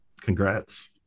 Congrats